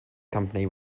company